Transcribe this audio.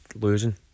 losing